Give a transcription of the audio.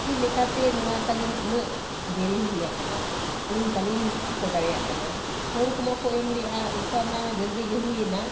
ᱪᱮᱫ ᱞᱮᱠᱟᱛᱮ ᱱᱚᱣᱟ ᱛᱟᱞᱤᱧ ᱩᱱᱟᱹᱜ ᱫᱮᱨᱤ ᱦᱩᱭ ᱟᱠᱟᱱᱟ ᱟᱹᱞᱤᱧ ᱵᱟᱞᱤᱧ ᱴᱷᱤᱠᱟᱹ ᱫᱟᱲᱮᱭᱟᱜ ᱠᱟᱱᱟ ᱦᱚᱲᱠᱚ ᱢᱟ ᱠᱚ ᱮᱢ ᱞᱮᱫᱼᱟ ᱩᱱᱠᱩᱣᱟᱜ ᱢᱟ ᱡᱚᱞᱫᱤ ᱜᱮ ᱦᱩᱭᱮᱱᱟ